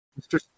Mr